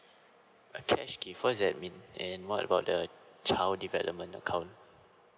a cash gift what does that mean and what about the child development account